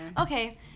Okay